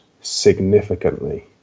significantly